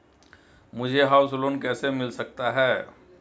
मुझे house loan कैसे मिल सकता है?